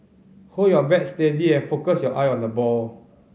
hold your bat steady and focus your eye on the ball